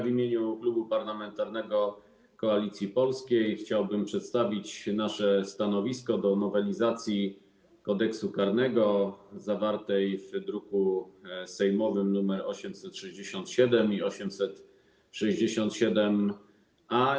W imieniu Klubu Parlamentarnego Koalicja Polska chciałbym przedstawić nasze stanowisko wobec nowelizacji Kodeksu karnego, zawartej w drukach sejmowych nr 867 i 867-A.